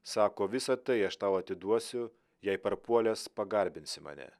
sako visa tai aš tau atiduosiu jei parpuolęs pagarbinsi mane